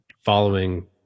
following